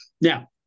Now